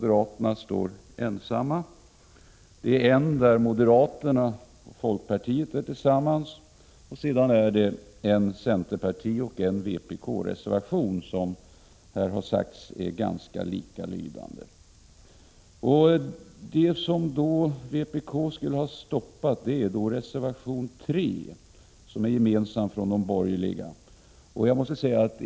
Vidare finns en gemensam reservation från moderaterna och folkpartiet samt en centerreservation och en vpk-reservation, vilka, precis som här sagts, är nästan likalydande. Det som vpk skulle ha stoppat är reservation 3, som är gemensam för de borgerliga.